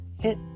hit